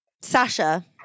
Sasha